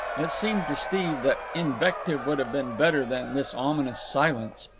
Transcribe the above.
it seemed to steve that invective would have been better than this ominous silence.